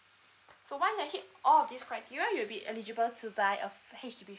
so once you've hit all this criteria you'll be eligible to buy a H_D_B